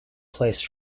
place